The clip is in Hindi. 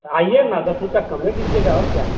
आइए ना दस रुपये कमे दीजिएगा और क्या है